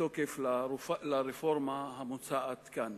בתוקף לרפורמה המוצעת כאן.